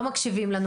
לא מקשיבים להם,